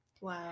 Wow